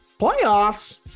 Playoffs